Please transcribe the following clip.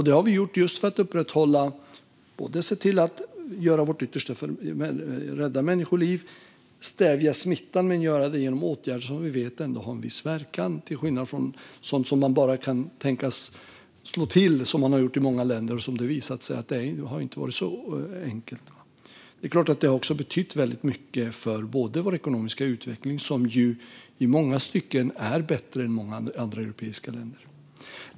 Det har vi gjort just för att se till att göra vårt yttersta för att rädda människoliv och stävja smittan men att göra det genom åtgärder som vi ändå vet har en viss verkan, till skillnad från sådant som man bara kan tänkas slå till med. Det har man gjort i många länder, och det har visat sig att det inte har varit så enkelt. Det är klart att det har betytt väldigt mycket för vår ekonomiska utveckling. Den är i många stycken bättre än i många andra europeiska länder.